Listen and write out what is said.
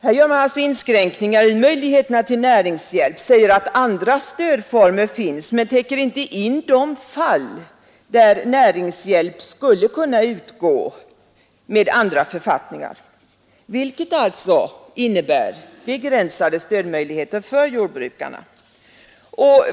Här gör man alltså inskränkningar i möjligheterna till näringshjälp — säger att andra stödformer finns — men täcker inte in de fall där näringshjälp skulle kunna utgå med andra författningar. Vilket alltså innebär begränsade stödmöjligheter för jordbrukarna.